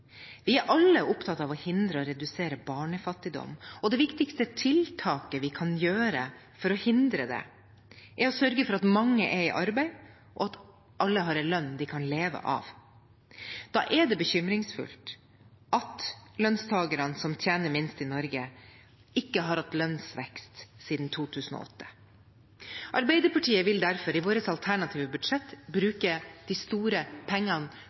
Vi er alle opptatt av å hindre og redusere barnefattigdom, og det viktigste tiltaket vi kan gjøre for å hindre det, er å sørge for at mange er i arbeid, og at alle har en lønn de kan leve av. Da er det bekymringsfullt at lønnstakerne som tjener minst i Norge, ikke har hatt lønnsvekst siden 2008. Arbeiderpartiet vil derfor i sitt alternative budsjett bruke de store pengene